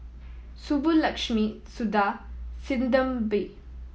Subbulakshmi Suda Sinnathamby